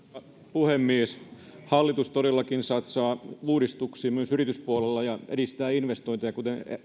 puhemies hallitus todellakin satsaa uudistuksiin myös yrityspuolella ja edistää investointeja kuten